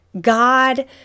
God